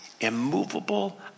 immovable